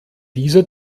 dieser